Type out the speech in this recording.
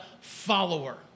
follower